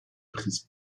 prise